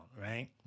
right